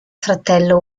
fratello